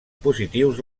positius